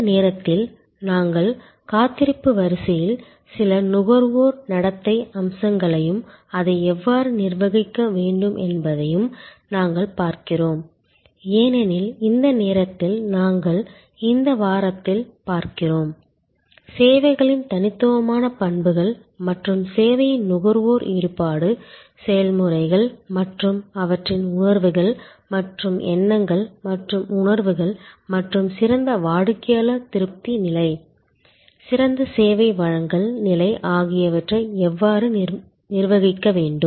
இந்த நேரத்தில் நாங்கள் காத்திருப்பு வரிசையில் சில நுகர்வோர் நடத்தை அம்சங்களையும் அதை எவ்வாறு நிர்வகிக்க வேண்டும் என்பதையும் நாங்கள் பார்க்கிறோம் ஏனெனில் இந்த நேரத்தில் நாங்கள் இந்த வாரத்தில் பார்க்கிறோம் சேவைகளின் தனித்துவமான பண்புகள் மற்றும் சேவையின் நுகர்வோர் ஈடுபாடு செயல்முறைகள் மற்றும் அவற்றின் உணர்வுகள் மற்றும் எண்ணங்கள் மற்றும் உணர்வுகள் மற்றும் சிறந்த வாடிக்கையாளர் திருப்தி நிலை சிறந்த சேவை வழங்கல் நிலை ஆகியவற்றை எவ்வாறு நிர்வகிக்க வேண்டும்